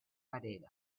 parega